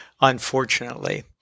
unfortunately